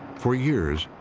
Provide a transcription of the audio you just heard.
for years,